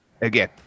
again